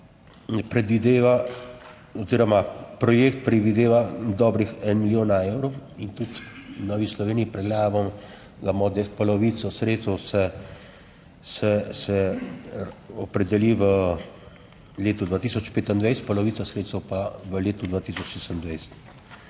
oziroma projekt predvideva dobrih en milijon evrov in tudi v Novi Sloveniji predlagamo, da imamo polovico sredstev, se, se opredeli v letu 2025, polovica sredstev pa v letu 2026.